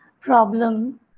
problem